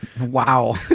Wow